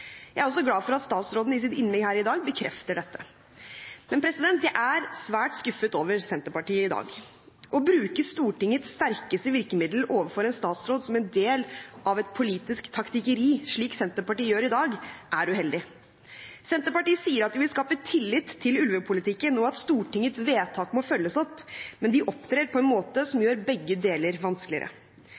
Jeg er også glad for at statsråden i sitt innlegg her i dag bekrefter dette. Men jeg er svært skuffet over Senterpartiet i dag. Å bruke Stortingets sterkeste virkemiddel overfor en statsråd som en del av et politisk taktikkeri, slik Senterpartiet gjør i dag, er uheldig. Senterpartiet sier at de vil skape tillit til ulvepolitikken, og at Stortingets vedtak må følges opp, men de opptrer på en måte som gjør begge deler vanskeligere.